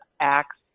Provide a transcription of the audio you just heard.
acts